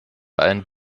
ein